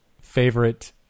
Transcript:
favorite